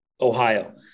Ohio